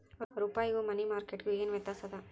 ರೂಪಾಯ್ಗು money market ಗು ಏನ್ ವ್ಯತ್ಯಾಸದ